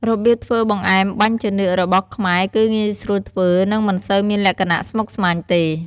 របៀបធ្វើបង្អែមបាញ់ចានឿករបស់ខ្មែរគឺងាយស្រួលធ្វើ និងមិនសូវមានលក្ខណៈស្មុគស្មាញទេ។